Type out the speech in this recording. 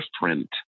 different